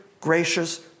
gracious